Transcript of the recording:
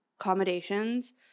accommodations